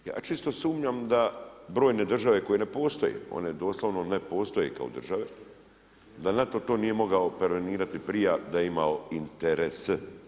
Ja čisto sumnjam da brojne države koje ne postoje, one doslovno ne postoje kao države, da NATO to nije mogao … prije, da je imao interes.